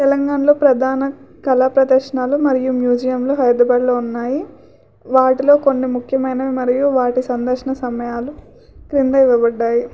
తెలంగాణలో ప్రధాన కళా ప్రదర్శనలు మరియు మ్యూజియాలు హైదరాబాద్లో ఉన్నాయి వాటిలో కొన్ని ముఖ్యమైనవి మరియు వాటి సందర్శన సమయాలు క్రింద ఇవ్వబడ్డాయి